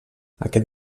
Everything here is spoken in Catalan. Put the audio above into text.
aquest